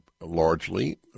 largely